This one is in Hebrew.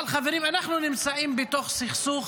אבל חברים, אנחנו נמצאים בתוך סכסוך.